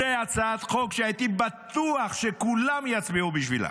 זאת הצעת חוק שהייתי בטוח שכולם יצביעו בשבילה.